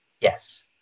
yes